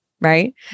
right